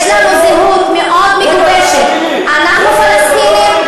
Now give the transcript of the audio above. יש לנו זהות מאוד מגובשת אנחנו פלסטינים,